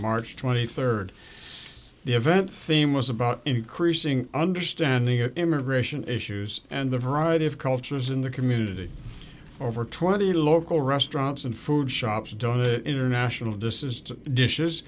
march twenty third the event theme was about increasing understanding of immigration issues and the variety of cultures in the community over twenty local restaurants and food shops don't international